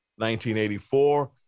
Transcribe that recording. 1984